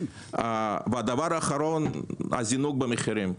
והדבר האחרון הוא זינוק במחירים.